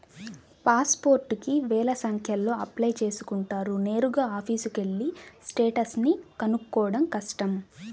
pass పోర్టుకి వేల సంఖ్యలో అప్లై చేసుకుంటారు నేరుగా ఆఫీసుకెళ్ళి స్టేటస్ ని కనుక్కోడం కష్టం